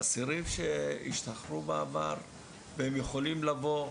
אסירים שהשתחררו בעבר והם יכולים לבוא,